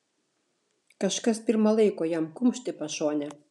kažkas pirma laiko jam kumšt į pašonę